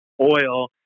oil